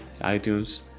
iTunes